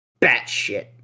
batshit